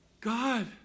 God